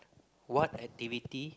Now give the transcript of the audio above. what activity